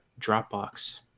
Dropbox